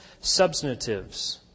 substantives